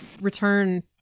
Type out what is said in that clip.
return